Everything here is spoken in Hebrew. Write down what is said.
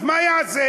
אז מה יעשה?